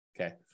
Okay